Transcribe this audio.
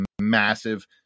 massive